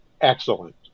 Excellent